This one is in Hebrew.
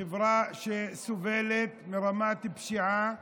חברה שסובלת מרמת פשיעה